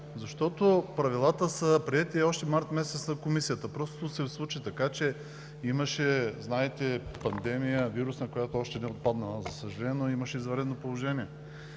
защото Правилата са приети още март месец на Комисията. Просто се случи така, че имаше, знаете, вирусна пандемия, която още не е отпаднала, за съжаление, но имаше извънредно положение,